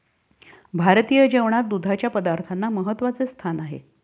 भारतीय जेवणात दुधाच्या पदार्थांना महत्त्वाचे स्थान आहे